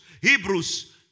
Hebrews